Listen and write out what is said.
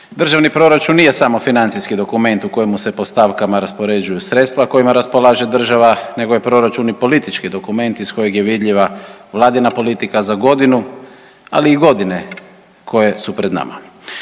Državni proračun nije samo financijski dokument u kojemu se po stavkama raspoređuju sredstva kojima raspolaže država nego je proračun i politički dokument iz kojeg je vidljiva vladina politika za godinu, ali i godine koje su pred nama.